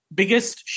biggest